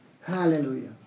Hallelujah